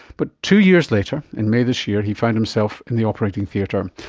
but two years later in may this year he found himself in the operating theatre.